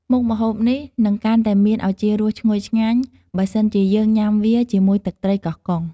មុខម្ហូបនេះនឹងកាន់តែមានឱជារសឈ្ងុយឆ្ងាញ់ បើសិនជាយើងញុំាវាជាមួយទឹកត្រីកោះកុង។